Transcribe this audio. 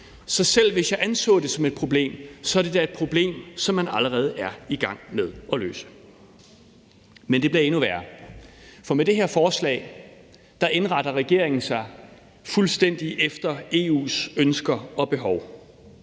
Så selv hvis jeg anså det som et problem, er det da et problem, som man allerede er i gang med at løse. Men det bliver endnu værre, for med det her forslag indretter regeringen sig fuldstændig efter EU's ønsker og behov.